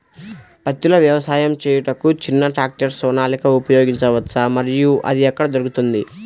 పత్తిలో వ్యవసాయము చేయుటకు చిన్న ట్రాక్టర్ సోనాలిక ఉపయోగించవచ్చా మరియు అది ఎక్కడ దొరుకుతుంది?